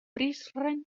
prizren